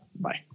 bye